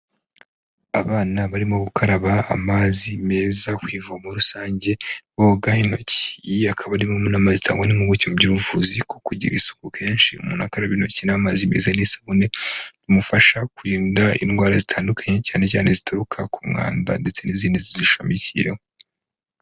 Abana barimo gukaraba amazi meza ku ivomo rusange boga intoki, iyi akaba ari imwe mu nama zitangwa n'impuguke mu by'ubuvuzi, kuko kugira isuku kenshi umuntu karaba intoki n'amazi amezi n'isabune bimufasha kurinda indwara zitandukanye cyane cyane zituruka ku mwanda ndetse n'izindi zizishamikiyeho.